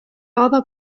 other